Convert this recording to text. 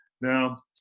Now